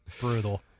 Brutal